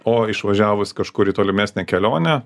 o išvažiavus kažkur į tolimesnę kelionę